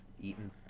eaten